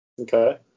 Okay